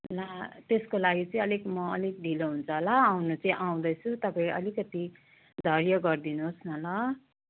ला त्यसको लागि चाहिँ अलिक म अलिक ढिलो हुन्छ होला आउनु चाहिँ आउँदैछु तपाईँ अलिकति धैर्य गरिदिनुहोस् न ल